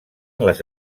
les